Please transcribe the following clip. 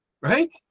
right